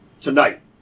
tonight